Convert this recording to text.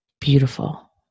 Beautiful